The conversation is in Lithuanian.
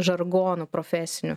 žargonu profesiniu